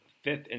Fifth